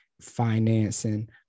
financing